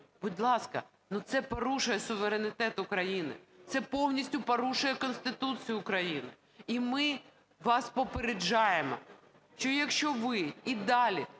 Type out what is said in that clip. Будь ласка, ну, це порушує суверенітет України Це повністю порушує Конституцію України. І ми вас попереджаємо, що якщо ви і далі